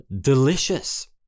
delicious